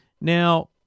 Now